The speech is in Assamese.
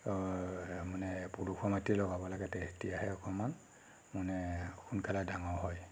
মানে পলসুৱা মাটিতে লগাব লাগে তেতিয়াহে অকণমান মানে সোনকালে ডাঙৰ হয়